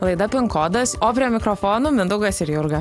laida pin kodas o prie mikrofonų mindaugas ir jurga